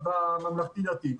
והממלכתי דתי.